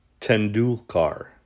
Tendulkar